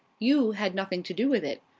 you had nothing to do with it.